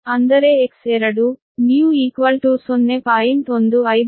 ಅಂದರೆ X2 new 0